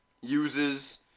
uses